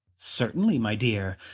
certainly, my dear.